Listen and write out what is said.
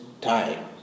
time